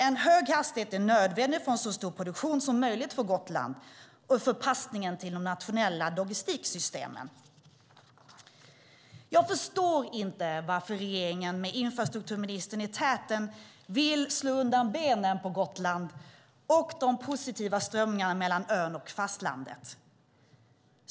En hög hastighet är nödvändig för en så stor produktion som möjligt på Gotland och för passningen till de nationella logistiksystemen. Jag förstår inte varför regeringen med infrastrukturministern i täten vill slå undan benen på Gotland och de positiva strömningarna mellan ön och fastlandet.